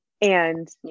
and-